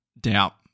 doubt